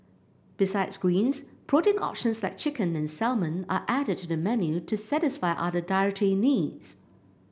besides greens protein options like chicken and salmon are added to the menu to satisfy other dietary needs